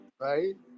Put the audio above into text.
right